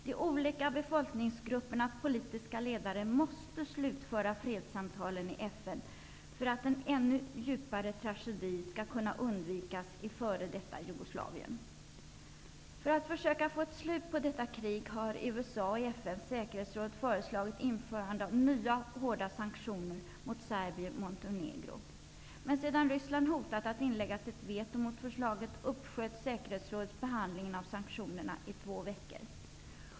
De olika befolkningsgruppernas politiska ledare måste slutföra fredssamtalen i FN för att en ännu djupare tragedi skall kunna undvikas i före detta För att försöka få ett slut på detta krig har USA i FN:s säkerhetsråd föreslagit införande av nya hårda sanktioner mot Serbien-Montenegro. Men sedan Ryssland hotat att inlägga sitt veto mot förslaget uppsköt säkerhetsrådet behandlingen av sanktionerna i två veckor.